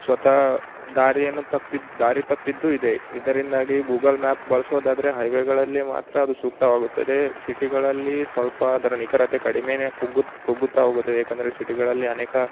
ಸ್ವತಃ ದಾರಿಯನ್ನು ತಪ್ಪಿ ದಾರಿ ತಪ್ಪಿದ್ದು ಇದೆ ಇದರಿಂದಾಗಿ ಗೂಗಲ್ ಮ್ಯಾಪ್ ಬಳಸೋದಾದರೆ ಹೈವೆಗಳಲ್ಲಿ ಮಾತ್ರ ಅದು ಸೂಕ್ತವಾಗುತ್ತದೆ ಸಿಟಿಗಳಲ್ಲಿ ಸ್ವಲ್ಪ ಅದರ ನಿಖರತೆ ಕಡಿಮೆಯೇ ಕುಗ್ಗುತ್ತಾ ಹೋಗುತ್ತೆ ಯಾಕಂದರೆ ಸಿಟಿಗಳಲ್ಲಿ ಅನೇಕ